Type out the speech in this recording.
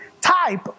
type